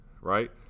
Right